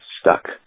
stuck